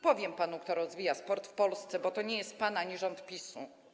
Powiem panu, kto rozwija sport w Polsce, bo to nie jest pan ani rząd PiS.